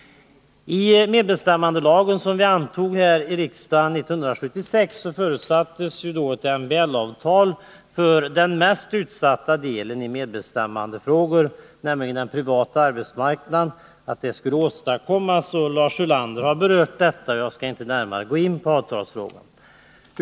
I medbestämmandelagen, som antogs av riksdagen 1976, förutsattes att ett MBL-avtal skulle åstadkommas för den mest utsatta delen i medbestämmandefrågor, nämligen den privata arbetsmarknaden. Lars Ulander har berört detta, och jag skall inte närmare gå in på avtalsfrågan.